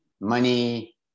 money